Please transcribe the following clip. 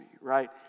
right